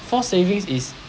forced savings is